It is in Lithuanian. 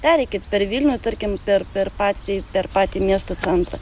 pereikit per vilnių tarkim per per patį per patį miesto centrą